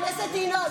חבר הכנסת ינון,